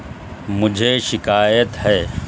مجھے شکایت ہے